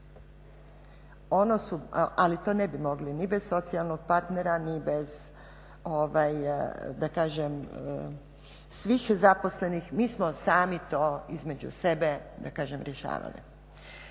ali to ne bi mogli ni bez socijalnog partnera ni bez da kažem svih zaposlenih. Mi smo sami to između sebe, da